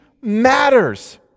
matters